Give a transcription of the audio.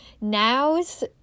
nows